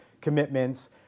commitments